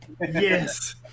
Yes